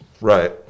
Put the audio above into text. Right